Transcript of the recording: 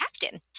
captain